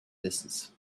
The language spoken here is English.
distance